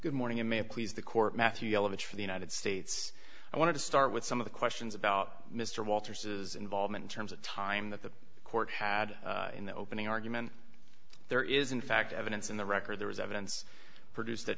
good morning and may please the court matthew elements for the united states i want to start with some of the questions about mr walters's involvement in terms of time that the court had in the opening argument there is in fact evidence in the record there was evidence produced th